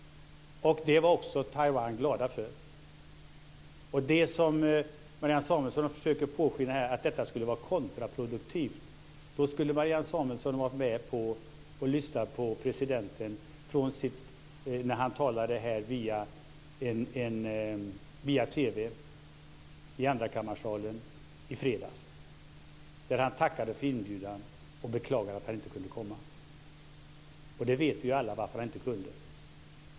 Det var man också glad för i Taiwan. Marianne Samuelsson försöker påskina att detta skulle vara kontraproduktivt. Då skulle Marianne Samuelsson ha varit med och lyssnat på presidenten när han talade via TV i andrakammarsalen i fredags. Han tackade för inbjudan och beklagade att han inte kunde komma. Vi vet ju alla varför han inte kunde det.